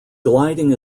gliding